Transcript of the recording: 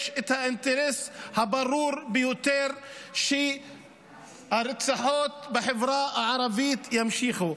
יש אינטרס ברור ביותר שהרציחות בחברה הערבית יימשכו,